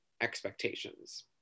expectations